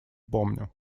помню